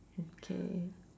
okay